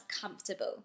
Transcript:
comfortable